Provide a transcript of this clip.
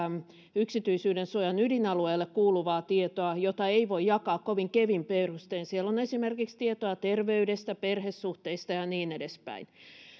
yksityisyyden suojan ydinalueelle kuuluvaa tietoa jota ei voi jakaa kovin kevyin perustein siellä on esimerkiksi tietoa terveydestä perhesuhteista ja niin edespäin